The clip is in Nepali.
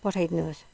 पठाइ दिनुहोस्